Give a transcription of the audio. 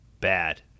Bad